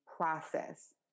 process